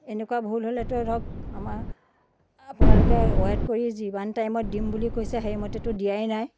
এনেকুৱা ভুল হ'লেতো ধৰক আমাৰ আপোনালোকে ওৱেইট কৰি যিমান টাইমত দিম বুলি কৈছে সেইমতেতো দিয়াই নাই